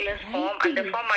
writing